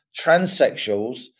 transsexuals